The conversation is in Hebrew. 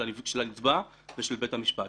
של הנתבע ושל בית המשפט.